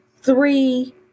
three